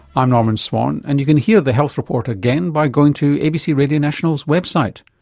i'm norman swan and you can hear the health report again by going to abc radio national's website.